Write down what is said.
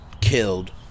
killed